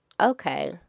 okay